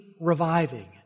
reviving